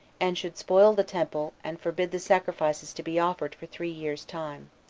and should spoil the temple, and forbid the sacrifices to be offered for three years' time.